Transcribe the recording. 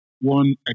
one